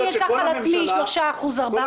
באופן רוחבי ותגיד: אני אקח על עצמי 3%, 4% קיצוץ.